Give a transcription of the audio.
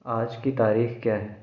आज की तारीख़ क्या है